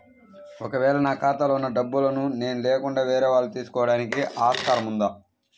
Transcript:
ఒక వేళ నా ఖాతాలో వున్న డబ్బులను నేను లేకుండా వేరే వాళ్ళు తీసుకోవడానికి ఆస్కారం ఉందా?